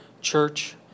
church